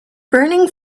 burning